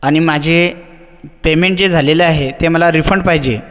आणि माझे पेमेंट जे झालेलं आहे ते मला रिफंड पाहिजे